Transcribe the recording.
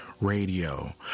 radio